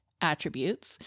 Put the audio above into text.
attributes